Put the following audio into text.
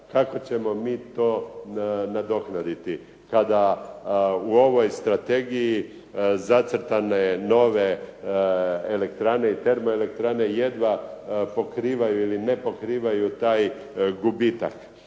Kako ćemo mi to nadoknaditi kada u ovoj strategiji zacrtane nove elektrane i termoelektrane jedva pokrivaju ili ne pokrivaju taj gubitak.